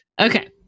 Okay